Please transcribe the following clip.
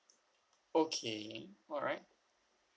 okay alright